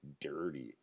dirty